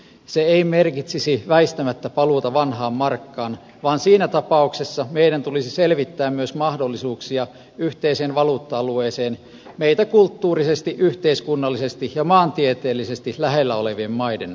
se ei merkitsisi väistämättä paluuta vanhaan markkaan vaan siinä tapauksessa meidän tulisi selvittää myös mahdollisuuksia yhteiseen valuutta alueeseen meitä kulttuurisesti yhteiskunnallisesti ja maantieteellisesti lähellä olevien maiden kanssa